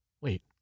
Wait